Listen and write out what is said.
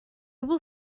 will